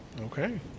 Okay